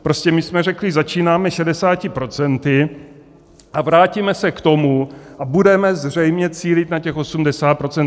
Prostě my jsme řekli, začínáme 60 procenty a vrátíme se k tomu a budeme zřejmě cílit na těch 80 %.